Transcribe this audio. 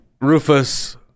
Rufus